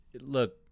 Look